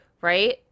right